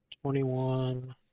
twenty-one